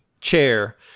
chair